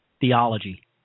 theology